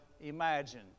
Imagine